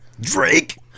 Drake